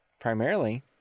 primarily